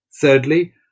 Thirdly